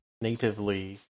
natively